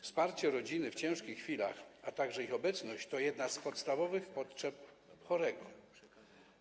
Wsparcie rodziny w ciężkich chwilach, a także jej obecność to jedna z podstawowych potrzeb chorego.